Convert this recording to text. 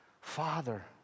Father